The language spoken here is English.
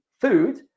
food